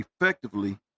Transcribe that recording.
effectively